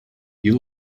you